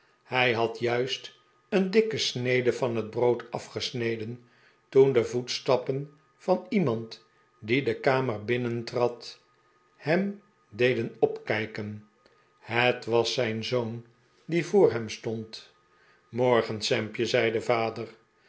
hij had juist een dikke snede van het brood afgesneden toen de voetstappen van iemand die de kamer b'innentrad hem deden opkijken het was zijn zoon die voor hem stond morgen sampje zei de vader